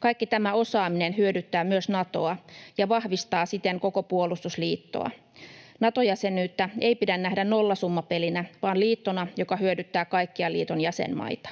Kaikki tämä osaaminen hyödyttää myös Natoa ja vahvistaa siten koko puolustusliittoa. Nato-jäsenyyttä ei pidä nähdä nollasummapelinä vaan liittona, joka hyödyttää kaikkia liiton jäsenmaita.